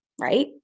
right